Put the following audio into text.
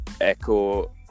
echo